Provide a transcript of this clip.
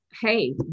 hey